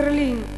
ברלין,